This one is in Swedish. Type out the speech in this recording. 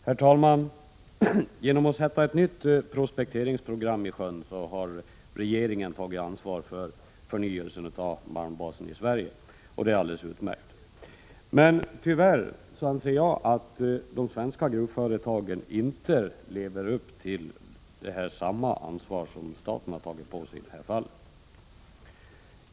Herr talman! Genom att sätta ett nytt prospekteringsprogram i sjön har regeringen tagit ansvar för förnyelsen av malmbasen i Sverige, och det är alldeles utmärkt. Men tyvärr, anser jag, lever inte de svenska gruvföretagen upp till samma ansvar som staten har tagit på sig i det här fallet.